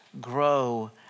grow